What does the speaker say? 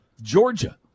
Georgia